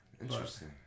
interesting